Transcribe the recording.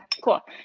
cool